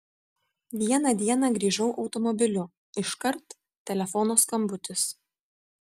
vieną dieną grįžau automobiliu iškart telefono skambutis